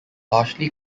partially